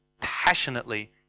passionately